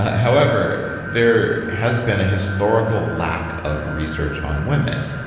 however, there has been a historical lack of research on women.